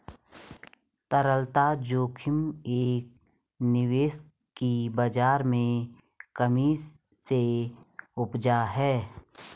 तरलता जोखिम एक निवेश की बाज़ार में कमी से उपजा है